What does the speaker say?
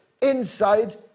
inside